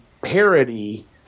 parody